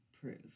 proof